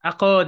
Ako